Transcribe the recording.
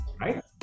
right